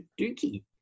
Dookie